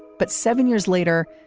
but seven years later,